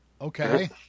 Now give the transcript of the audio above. Okay